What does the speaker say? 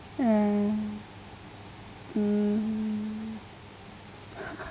ya mm